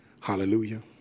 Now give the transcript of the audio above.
Hallelujah